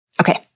Okay